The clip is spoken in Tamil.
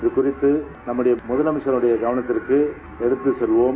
அகுகுறித்து நம்முடைய முதலமைச்சரின் கவனத்திற்கு எடுத்துச் செல்வோம்